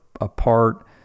apart